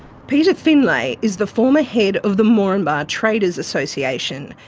peter finlay is the former head of the moranbah traders association.